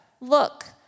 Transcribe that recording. Look